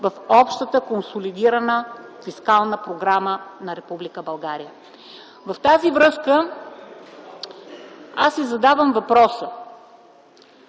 в общата консолидирана фискална програма на Република България. В тази връзка аз си задавам въпроса: